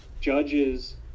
judges